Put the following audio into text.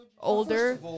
older